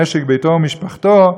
משק-ביתו או משפחתו,